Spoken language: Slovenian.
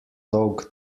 dolg